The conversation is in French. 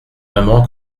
vraiment